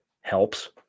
Helps